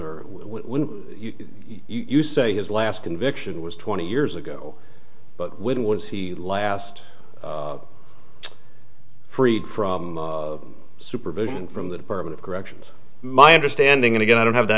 when you say his last conviction was twenty years ago but when was he last freed supervision from the department of corrections my understanding and again i don't have that